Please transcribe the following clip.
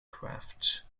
craft